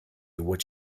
what